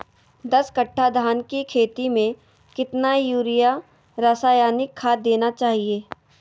दस कट्टा धान की खेती में कितना यूरिया रासायनिक खाद देना चाहिए?